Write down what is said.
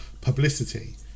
publicity